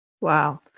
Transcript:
Wow